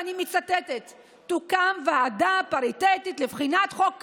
ואני מצטטת: "תוקם ועדה פריטטית לבחינת חוק קמיניץ".